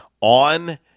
On